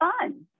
fun